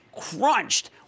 crunched